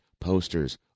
posters